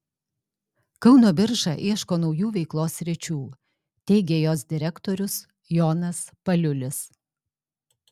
kauno birža ieško naujų veiklos sričių teigė jos direktorius jonas paliulis